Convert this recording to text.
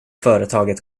företaget